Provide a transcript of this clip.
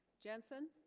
jensen